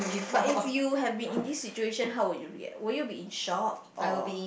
but if you have be in this situation how would you react would you be in shock or